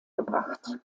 gebracht